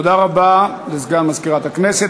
תודה רבה לסגן מזכירת הכנסת.